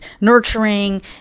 nurturing